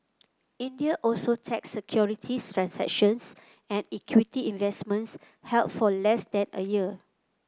India also tax securities transactions and equity investments held for less than a year